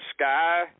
sky